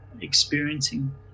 experiencing